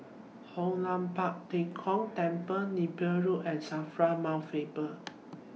Hoon Lam Tua Pek Kong Temple Napier Road and SAFRA Mount Faber